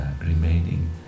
remaining